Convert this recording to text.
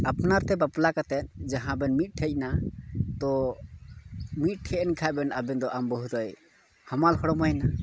ᱟᱯᱱᱟᱨᱛᱮ ᱵᱟᱯᱞᱟ ᱠᱟᱛᱮᱫ ᱡᱟᱦᱟᱸ ᱵᱤᱱ ᱢᱤᱫ ᱴᱷᱮᱡᱱᱟ ᱛᱚ ᱢᱤᱫᱴᱷᱮᱱᱮᱱ ᱠᱷᱟᱱ ᱵᱮᱱ ᱟᱵᱮᱱ ᱫᱚ ᱟᱢ ᱵᱟᱹᱦᱩ ᱫᱚᱭ ᱦᱟᱢᱟᱞ ᱦᱚᱲᱢᱚᱭ ᱱᱟ